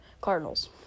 Cardinals